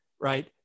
right